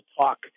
talk